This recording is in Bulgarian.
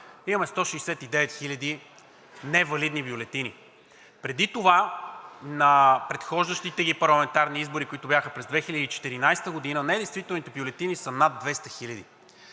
имаме 169 хиляди невалидни бюлетини. Преди това на предхождащите ги парламентарни, които бяха през 2014 г., недействителните бюлетини са над 200